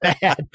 bad